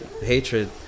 hatred